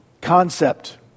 concept